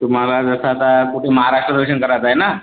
तुम्हाला जसं आता कुठे महाराष्ट्र दर्शन करायचं आहे ना